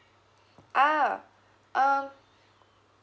ah um